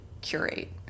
curate